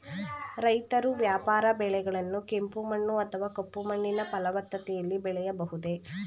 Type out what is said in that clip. ರೈತರು ವ್ಯಾಪಾರ ಬೆಳೆಗಳನ್ನು ಕೆಂಪು ಮಣ್ಣು ಅಥವಾ ಕಪ್ಪು ಮಣ್ಣಿನ ಫಲವತ್ತತೆಯಲ್ಲಿ ಬೆಳೆಯಬಹುದೇ?